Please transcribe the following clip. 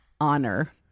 honor